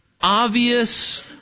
obvious